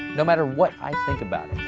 no matter what i think about